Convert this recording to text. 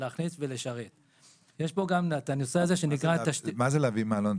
להכניס ו- -- יש פה גם את הנושא שנקרא --- מה זה להביא מעלון?